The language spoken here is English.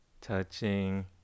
touching